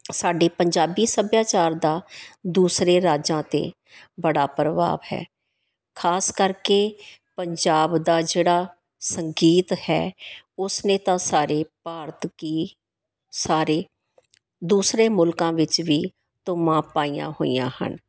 ਸਾਡੀ ਪੰਜਾਬੀ ਸੱਭਿਆਚਾਰ ਦਾ ਦੂਸਰੇ ਰਾਜਾਂ 'ਤੇ ਬੜਾ ਪ੍ਰਭਾਵ ਹੈ ਖ਼ਾਸ ਕਰਕੇ ਪੰਜਾਬ ਦਾ ਜਿਹੜਾ ਸੰਗੀਤ ਹੈ ਉਸਨੇ ਤਾਂ ਸਾਰੇ ਭਾਰਤ ਕੀ ਸਾਰੇ ਦੂਸਰੇ ਮੁਲਕਾਂ ਵਿੱਚ ਵੀ ਧੂਮਾਂ ਪਾਈਆਂ ਹੋਈਆਂ ਹਨ